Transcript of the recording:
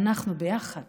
ואנחנו יחד